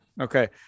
Okay